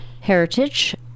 heritage